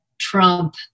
Trump